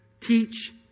teach